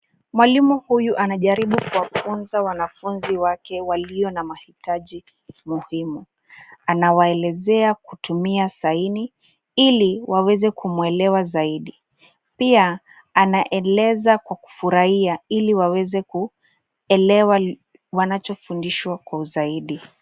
Mwalimu huyu anajaribu kuwafunza wanafunzi wake walio na mahitaji muhimu, anawaelezea kutumia saini ili waweze kumuelewa zaidi, pia anaeleza kwa kufurahia ili waweze kuelewa wanachofundishwa kwa uzaidi.